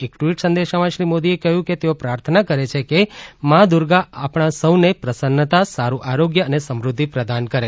એક ટ્વીટ સંદેશામાં શ્રી મોદીએ કહ્યું કે તેઓ પ્રાર્થના કરે છે કે મા દુર્ગા આપણા સહુને પ્રસન્નતા સારુ આરોગ્ય અને સમૃદ્ધિ પ્રદાન કરે